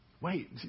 wait